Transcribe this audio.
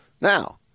Now